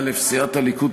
(א) סיעת הליכוד,